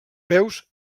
peus